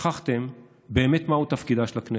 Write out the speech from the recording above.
שכחתם מהו באמת תפקידה של הכנסת,